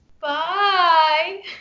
Bye